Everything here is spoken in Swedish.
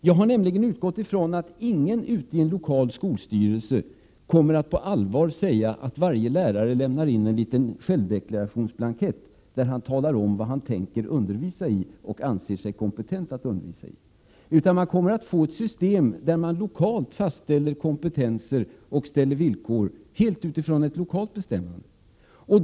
Jag har nämligen utgått från att ingen i en lokal skolstyrelse på allvar kommer att hävda att en lärare skall kunna lämna in en ”självdeklaration”, där han talar om i vilka ämnen han anser sig vara kompetent att undervisa. Man kommer att få ett system, där man lokalt fastställer kompetenser och ställer villkor helt utifrån ett lokalt bedömande.